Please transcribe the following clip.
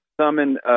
summon